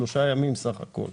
שלושה ימים סך הכול.